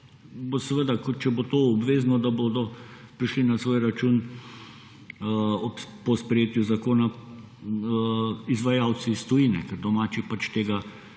in da če bo to obvezno, da bodo prišli na svoj račun po sprejetju zakona izvajalci iz tujine, ker domači pač tega